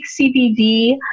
CBD